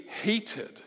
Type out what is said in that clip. hated